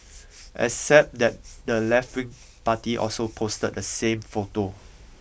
except that the leftwing party also posted the same photo